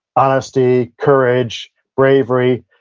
honesty, courage, bravery,